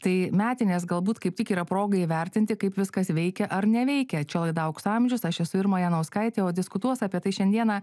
tai metinės galbūt kaip tik yra proga įvertinti kaip viskas veikia ar neveikia čio laida aukso amžius aš esu irma janauskaitė o diskutuos apie tai šiandieną